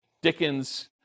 Dickens